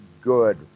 good